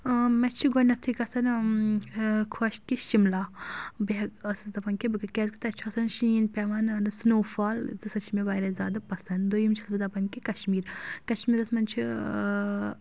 مےٚ چھِ گۄڈنؠتھٕے گژھان خۄش کہِ شِملا بیٚکہِ ٲسٕس دَپان کہِ بہٕ کیازکہِ تَتہِ چھُ آسان شیٖن پؠوان سٕنوفال تہٕ سۄ چھِ مےٚ واریاہ زیادٕ پَسنٛد دوٚیِم چھَس بہٕ دَپان کہِ کشمیٖر کشمیٖرَس منٛز چھِ